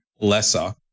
lesser